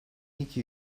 iki